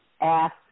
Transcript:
ask